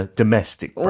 domestic